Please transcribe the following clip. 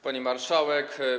Pani Marszałek!